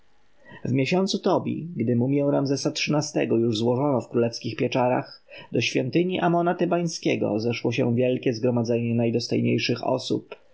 w miesięcu tobi gdy mumję ramzesa xiii-go już złożono w królewskich pieczarach do świątyni amona tebańskiego zeszło się wielkie zgromadzenie najdostojniejszych osób